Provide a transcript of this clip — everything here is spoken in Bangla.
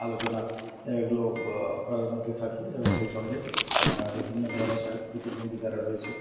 আলোচনা এগুলো করার মধ্যে থাকি এবং সেইসঙ্গে বিভিন্ন ধরণের শারীরিক প্রতিবন্ধী যারা রয়েছেন